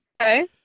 okay